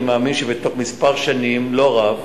אני מאמין שבתוך מספר שנים לא רב